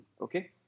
okay